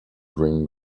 green